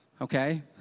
Okay